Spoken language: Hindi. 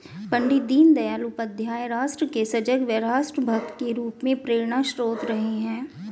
पण्डित दीनदयाल उपाध्याय राष्ट्र के सजग व राष्ट्र भक्त के रूप में प्रेरणास्त्रोत रहे हैं